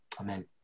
Amen